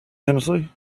tennessee